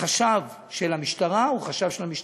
החשב של המשטרה הוא חשב של המשטרה,